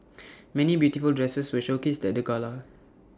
many beautiful dresses were showcased at the gala